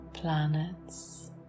Planets